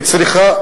שהיא צריכה,